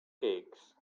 cakes